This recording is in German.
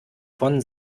von